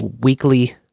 weekly